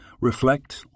Reflect